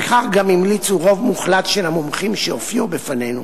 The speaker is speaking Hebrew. וכך גם המליצו רוב מוחלט של המומחים שהופיעו בפנינו,